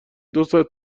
دوساعت